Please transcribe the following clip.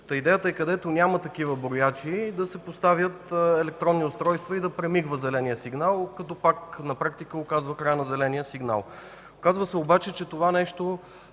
– идеята е, където няма такива броячи, да се поставят електронни устройства и да премигва зеленият сигнал, като пак на практика указва неговия край. Оказва се обаче, че това нещо